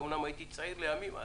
אומנם הייתי צעיר לימים אז.